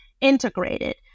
integrated